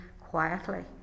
quietly